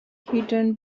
hidden